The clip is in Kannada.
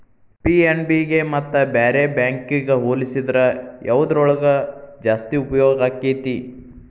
ಪಿ.ಎನ್.ಬಿ ಗೆ ಮತ್ತ ಬ್ಯಾರೆ ಬ್ಯಾಂಕಿಗ್ ಹೊಲ್ಸಿದ್ರ ಯವ್ದ್ರೊಳಗ್ ಜಾಸ್ತಿ ಉಪ್ಯೊಗಾಕ್ಕೇತಿ?